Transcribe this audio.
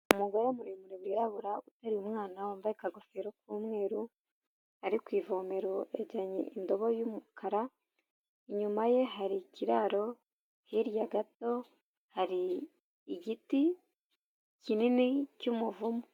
Umugore muremure wirabura umwana wambaye akagofero k'umweru ari ku ivomero yajyanye indobo y'umukara, inyuma ye hari ikiraro hirya gato hari igiti kinini cy'umuvumu.